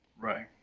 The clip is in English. Right